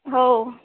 हो